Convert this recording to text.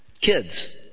Kids